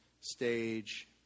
stage